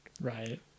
Right